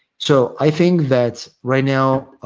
so, i think that right now,